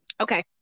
Okay